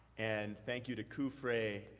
and thank you to kufray.